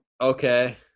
Okay